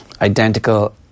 identical